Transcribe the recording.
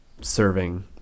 serving